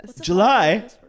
July